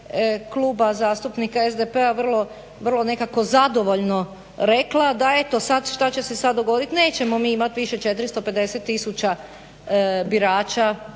Kluba zastupnika SDP-a vrlo nekako zadovoljno rekla da eto sad, šta će se sad dogodit nećemo mi imat više 450000 birača